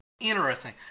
Interesting